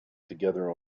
together